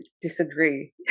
disagree